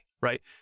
right